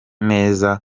neza